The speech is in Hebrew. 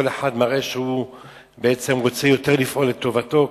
כל אחד מראה שהוא רוצה יותר לפעול לטובתו,